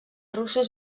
russos